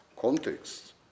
context